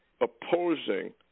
opposing